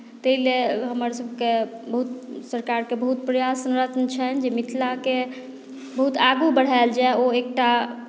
ताहि लेल हमरसभके बहुत सरकारके बहुत प्रयासरत छनि जे मिथिलाकेँ बहुत आगू बढ़ायल जाय ओ एकटा